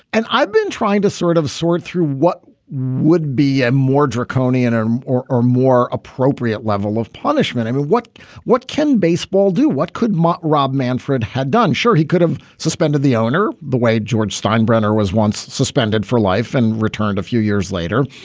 and i've been trying to sort of sort through what would be a more draconian or or more appropriate level of punishment. i mean, what what can baseball do? what could rob manfred had done? sure. he could have suspended the owner. the way george steinbrenner was once suspended for life and returned a few years later.